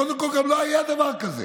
קודם כול, לא היה דבר כזה.